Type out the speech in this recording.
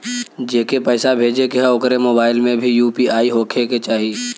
जेके पैसा भेजे के ह ओकरे मोबाइल मे भी यू.पी.आई होखे के चाही?